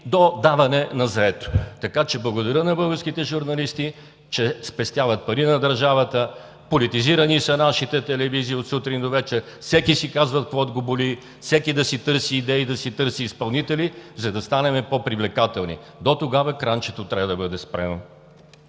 до даване на заето. Така че благодаря на българските журналисти, че спестяват пари на държавата. Политизирани са нашите телевизии от сутрин до вечер, всеки си казва каквото го боли. Всеки да си търси идеи, да си търси изпълнители, за да станем по-привлекателни. Дотогава кранчето трябва да бъде спряно.